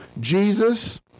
Jesus